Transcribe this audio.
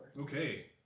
Okay